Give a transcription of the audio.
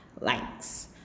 likes